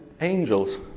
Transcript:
angels